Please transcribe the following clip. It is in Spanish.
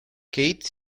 keith